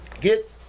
Get